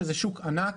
שזה שוק ענק,